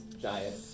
giant